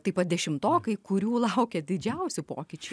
taip pat dešimtokai kurių laukia didžiausi pokyčiai